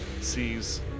sees